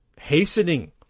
hastening